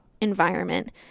environment